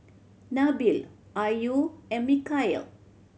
Nabil Ayu and Mikhail